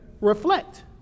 reflect